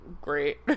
great